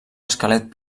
esquelet